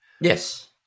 Yes